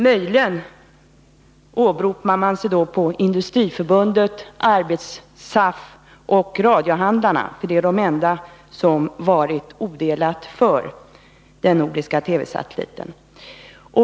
Möjligen kan de åberopa sig på Industriförbundet, SAF och radiohandlarna, för det är de enda som varit odelat för den nordiska TV-satelliten.